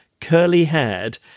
curly-haired